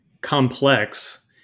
complex